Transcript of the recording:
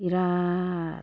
बिराद